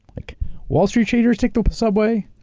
like wall street traders take the subway,